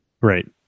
Right